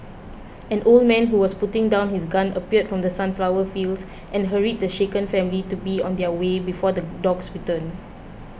an old man who was putting down his gun appeared from the sunflower fields and hurried the shaken family to be on their way before the dogs return